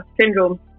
syndrome